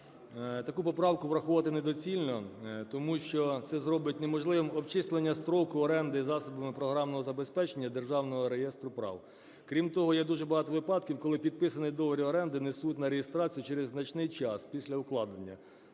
таку поправку враховувати недоцільно, тому що це зробить неможливим обчислення строку оренди засобами програмного забезпечення державного реєстру прав. Крім того, є дуже багато випадків, коли підписаний договір оренди несуть на реєстрацію через значний час після укладання,